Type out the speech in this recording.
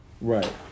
Right